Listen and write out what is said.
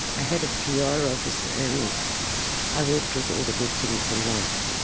i had a pr office and i worked with all the good things in life,